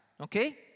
okay